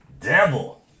Devil